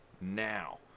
Now